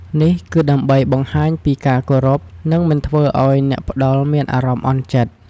នេះគឺដើម្បីបង្ហាញពីការគោរព និងមិនធ្វើឲ្យអ្នកផ្តល់មានអារម្មណ៍អន់ចិត្ត។